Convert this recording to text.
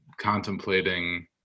contemplating